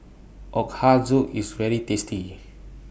Ochazuke IS very tasty